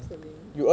selling